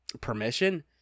permission